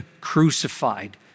crucified